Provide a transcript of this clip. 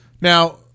Now